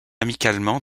amicalement